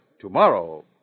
tomorrow